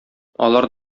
алар